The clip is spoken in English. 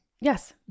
Yes